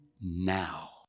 now